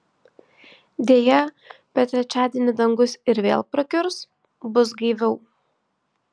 deja bet trečiadienį dangus ir vėl prakiurs bus gaiviau